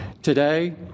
Today